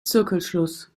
zirkelschluss